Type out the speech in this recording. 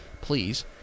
please